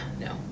no